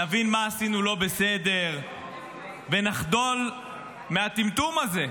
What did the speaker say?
נבין מה עשינו לא בסדר ונחדל מהטמטום הזה?